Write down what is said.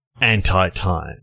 Anti-time